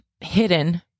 hidden